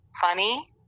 funny